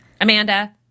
Amanda